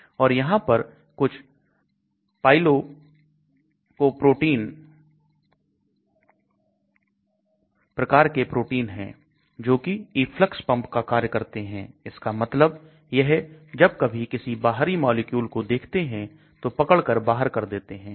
और यहां पर कुछ Pgylcoprotein प्रकार के प्रोटीन है जो की efflux pump का कार्य करते हैं इसका मतलब यह जब कभी किसी बाहरी मॉलिक्यूल को देखते हैं तो पकड़ कर बाहर कर देते हैं